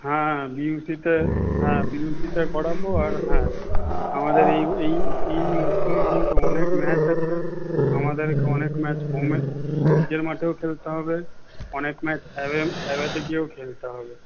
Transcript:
হ্যাঁ বিউসিতে হ্যাঁ বিউসিতে করাবো আর হ্যাঁ আমাদের এই এই এই মরসুমে কিন্তু অনেক ম্যাচ আছে আমাদেরকে অনেক ম্যাচ হোমে নিজের মাঠেও খেলতে হবে অনেক ম্যাচ অ্যাওয়ে অ্যাওয়েতে গিয়েও খেলতে হবে